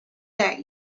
that